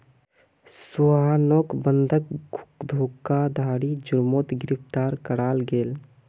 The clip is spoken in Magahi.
सोहानोक बंधक धोकधारी जुर्मोत गिरफ्तार कराल गेल